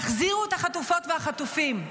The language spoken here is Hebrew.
תחזירו את החטופות והחטופים,